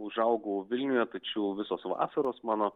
užaugau vilniuje tačiau visos vasaros mano